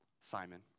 Simon